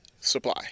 supply